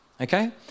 Okay